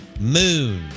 Moon